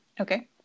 Okay